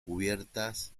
cubiertas